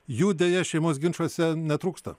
jų deja šeimos ginčuose netrūksta